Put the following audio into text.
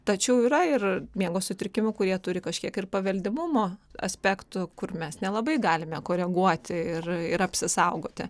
tačiau yra ir miego sutrikimų kurie turi kažkiek ir paveldimumo aspektų kur mes nelabai galime koreguoti ir ir apsisaugoti